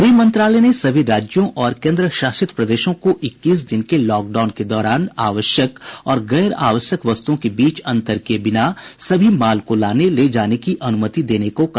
गृह मंत्रालय ने सभी राज्यों और केंद्रशासित प्रदेशों को इक्कीस दिन के लॉकडाउन के दौरान आवश्यक और गैर आवश्यक वस्तुओं के बीच अंतर किए बिना सभी माल को लाने ले जाने की अनुमति देने को कहा